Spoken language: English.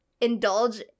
indulge